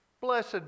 Blessed